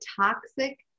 toxic